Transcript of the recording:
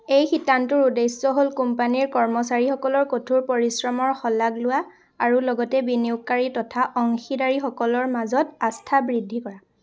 এই শিতানটোৰ উদ্দেশ্য হ'ল কোম্পানীৰ কৰ্মচাৰীসকলৰ কঠোৰ পৰিশ্ৰমৰ শলাগ লোৱা আৰু লগতে বিনিয়োগকাৰী তথা অংশীদাৰী সকলৰ মাজত আস্থা বৃদ্ধি কৰা